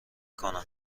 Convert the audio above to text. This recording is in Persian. کنم